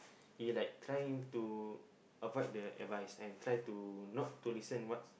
he like trying to avoid the advice and try to not to listen what's